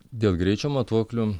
dėl greičio matuoklių